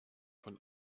von